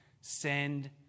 send